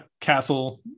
castle